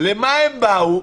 למה הם באו?